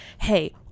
hey